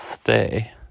stay